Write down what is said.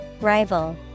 Rival